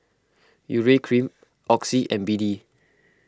Urea Cream Oxy and B D